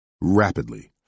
rapidly